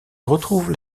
retrouve